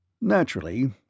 Naturally